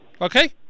Okay